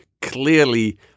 clearly